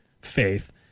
faith